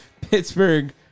Pittsburgh